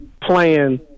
playing